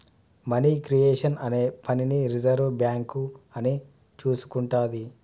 money creation అనే పనిని reserve bank అని చూసుకుంటాది